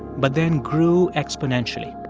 but then grew exponentially.